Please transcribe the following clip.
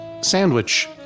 sandwich